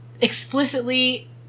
explicitly